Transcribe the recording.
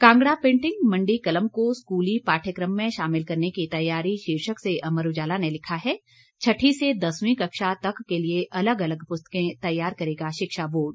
Kangra painting Mandi Kalam को स्कूली पाठयक्रम में शामिल करने की तैयारी शीर्षक से अमर उजाला ने लिखा है छठी से दसवीं कक्षा तक के लिए अलग अलग पुस्तकें तैयार करेगा शिक्षा बोर्ड